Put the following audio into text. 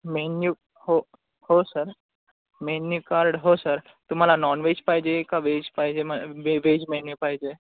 menu हो हो sir menu card हो सर तुम्हाला नॉन व्हेज पाहिजे का व्हेज पाहिजे मे व्हेज मेन्यू पाहिजे